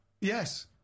Yes